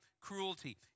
cruelty